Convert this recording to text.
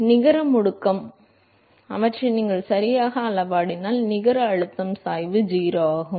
எனவே நிகர முடுக்கம் மற்றும் எனவே நீங்கள் அவற்றை சரியாக அளவிடினால் நிகர அழுத்த சாய்வு 0 ஆகும்